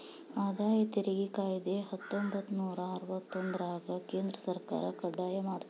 ಆದಾಯ ತೆರಿಗೆ ಕಾಯ್ದೆ ಹತ್ತೊಂಬತ್ತನೂರ ಅರವತ್ತೊಂದ್ರರಾಗ ಕೇಂದ್ರ ಸರ್ಕಾರ ಕಡ್ಡಾಯ ಮಾಡ್ತು